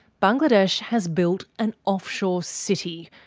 bangladesh has built an offshore city.